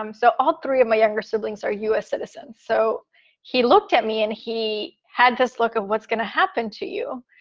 um so all three of my younger siblings are u s. citizens. so he looked at me and he had this look of what's going to happen to you.